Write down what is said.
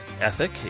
Ethic